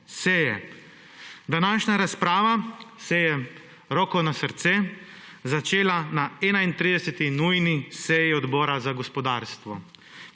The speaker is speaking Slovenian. seje. Današnja razprava se je, roko na srce, začela na 31. nujni seji Odbora za gospodarstvo,